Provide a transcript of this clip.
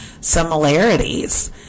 similarities